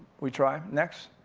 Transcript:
we try, next.